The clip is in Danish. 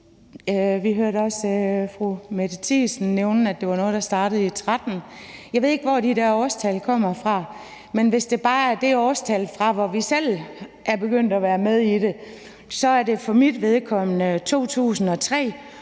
Vi hørte også fru Mette Thiesen nævne, at det var noget, der startede i 2013. Jeg ved ikke, hvor de der årstal kommer fra, men hvis det bare er det årstal, fra hvor vi selv er begyndt at være med i det, er det for mit vedkommende 2003,